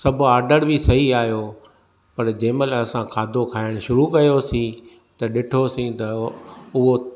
सभु ऑडरु बि सही आयो पर जंहिं महल असां खाधो खाइण शुरु कयोसीं त ॾिठोसीं त उहो